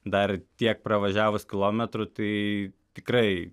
dar tiek pravažiavus kilometrų tai tikrai